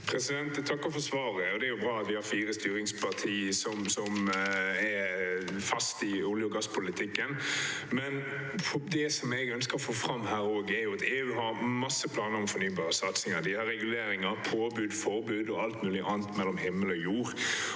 Jeg takker for svaret. Det er bra at vi har fire styringspartier som er faste i olje- og gasspolitikken. Det jeg ønsker å få fram her, er at EU har mange planer om fornybare satsinger. De har reguleringer, påbud, forbud og alt mulig annet mellom himmel og jord.